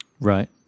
Right